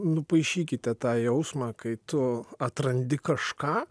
nupaišykite tą jausmą kai tu atrandi kažką